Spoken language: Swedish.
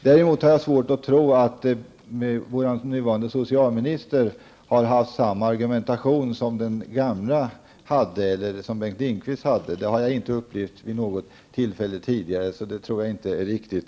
Jag har svårt att tro att vår nuvarande socialminister har fört samma argumentation som Bengt Lindqvist. Det har jag inte upplevt vid något tillfälle tidigare. Det tror jag inte är riktigt.